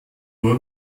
nur